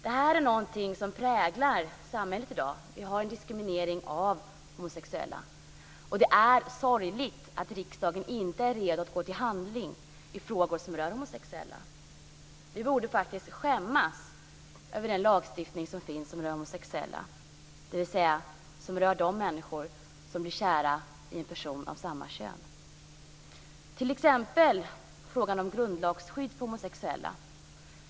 Det här är något som präglar samhället i dag. Vi har en diskriminering av homosexuella. Det är sorgligt att riksdagen inte är redo att gå till handling i frågor som rör homosexuella. Vi borde faktiskt skämmas över den lagstiftning som finns som rör homosexuella, dvs. som rör de människor som är kära i en person av samma kön. Det gäller t.ex. frågan om grundlagsskydd för homosexuella.